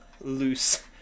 loose